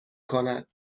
کند